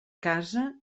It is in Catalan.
casa